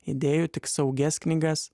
idėjų tik saugias knygas